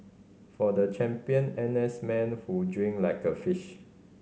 for the champion N S man who drink like a fish